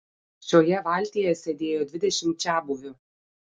šioje valtyje sėdėjo dvidešimt čiabuvių